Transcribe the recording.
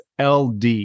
LD